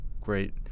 great